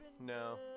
no